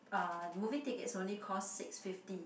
uh movie tickets only cost six fifty